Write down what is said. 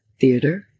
theater